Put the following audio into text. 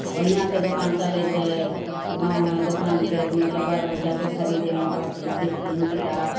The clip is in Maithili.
आओर बढ़िआँसे दोकान चलै छै गाममे दोकान छै तऽ मतलब बालबच्चाकेँ खरिदेमे पाटी पेन्सिल किताब